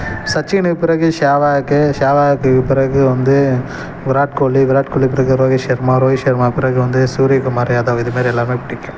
சச்சினுக்கு பிறகு ஷேவாக்கு ஷேவாக்குக்கு பிறகு வந்து விராட் கோலி விராட் கோலி பிறகு ரோஹித் ஷர்மா ரோஹித் ஷர்மா பிறகு வந்து சூரிய குமார் யாதவ் இதுமாரி எல்லோருமே பிடிக்கும்